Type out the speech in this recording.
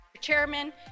Chairman